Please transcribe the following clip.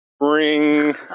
bring